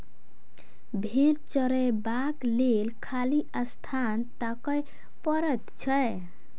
भेंड़ चरयबाक लेल खाली स्थान ताकय पड़ैत छै